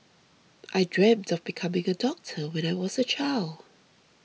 I dreamt of becoming a doctor when I was a child